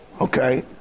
okay